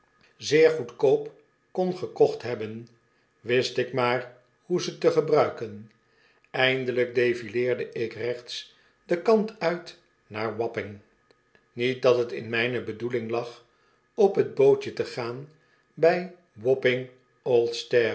zeer goedkoop kon gekocht hebben wist ik maar hoe ze te gebruiken eindelijk defileerde ik rechts den kant uit naar wapping niet dat t in mijne bedoeling lag op t bootje te gaan bij